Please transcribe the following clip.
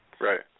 Right